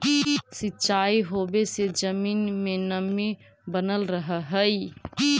सिंचाई होवे से जमीन में नमी बनल रहऽ हइ